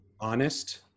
honest